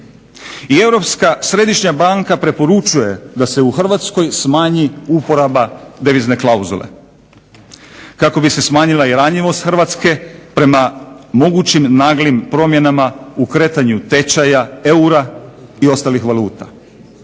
I Europska središnja banka preporučuje da se u Hrvatskoj smanji uporaba devizne klauzule kako bi se smanjila i ranjivost Hrvatske prema mogućim naglim promjenama u kretanju tečaja eura i ostalih valuta.